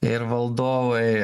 ir valdovai